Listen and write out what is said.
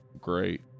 great